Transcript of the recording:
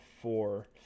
four